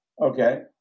Okay